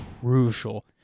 crucial